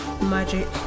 Magic